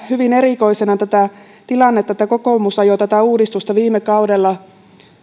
hyvin erikoisena tätä tilannetta että kokoomus ajoi tätä uudistusta viime kaudella